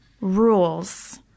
rules